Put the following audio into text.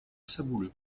sabouleux